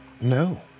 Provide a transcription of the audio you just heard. No